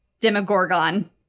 Demogorgon